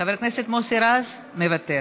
חבר הכנסת מוסי רז, מוותר.